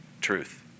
Truth